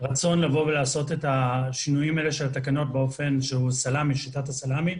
רצון לבוא ולעשות את השינויים האלה של התקנות באופן שהוא שיטת הסלאמי.